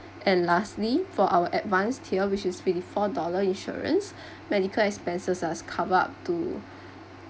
and lastly for our advanced tier which is fifty four dollar insurance medical expenses cover up to